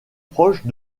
proche